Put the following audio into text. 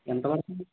ఎంత పడతుంది